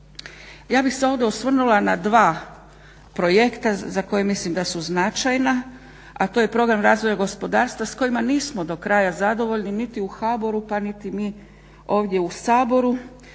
Ja bih se ovdje osvrnula na dva projekta za koje mislim da su značajna, a to je program razvoja gospodarstva s kojima nismo do kraja zadovoljni niti u HBOR-u pa niti mi ovdje u Saboru